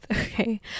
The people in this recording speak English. okay